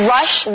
Rush